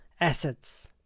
assets